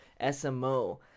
SMO